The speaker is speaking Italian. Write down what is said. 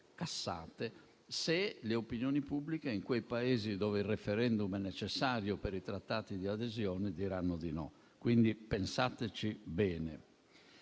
cassate, se le opinioni pubbliche in quei Paesi dove il *referendum* è necessario per i trattati di adesione diranno di no. Quindi, pensateci bene.